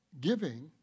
giving